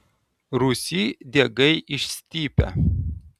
rūsy diegai išstypę